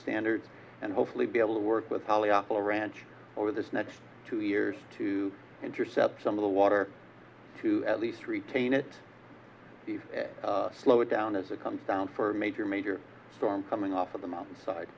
standards and hopefully be able to work with holly awful ranch over this next two years to intercept some of the water to at least retain it slowed down as it comes down for major major storms coming off of the mountainside